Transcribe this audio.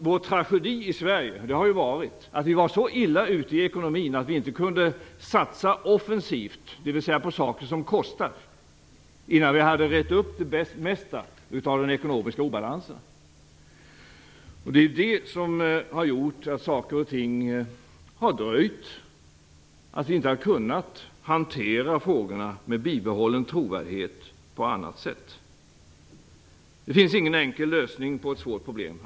Vår tragedi i Sverige har varit att vi var så illa ute i ekonomin att vi inte kunde satsa offensivt, dvs. på saker som kostar, innan vi hade rett upp de flesta av de ekonomiska obalanserna. Det är detta som har gjort att saker och ting har dröjt och att vi inte har kunnat hantera frågorna med bibehållen trovärdighet på annat sätt. Det finns ingen enkel lösning på ett svårt problem.